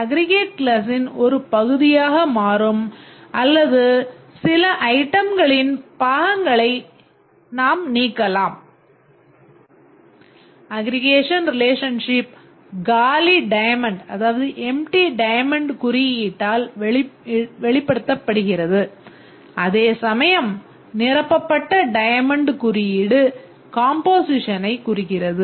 aggregation relationship காலி diamond குறிக்கிறது